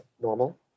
normal